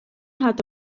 hat